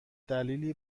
دلیلی